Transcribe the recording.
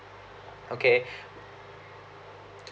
okay